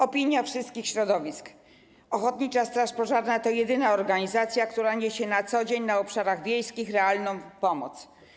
Opinia wszystkich środowisk jest taka: ochotnicza straż pożarna to jedyna organizacja, która niesie na co dzień na obszarach wiejskich realną pomoc.